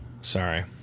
Sorry